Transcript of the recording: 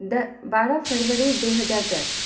बारह फरवरी दू हजार दश